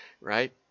right